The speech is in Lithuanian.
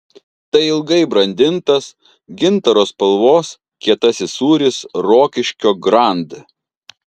tai ilgai brandintas gintaro spalvos kietasis sūris rokiškio grand